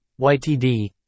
YTD